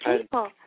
people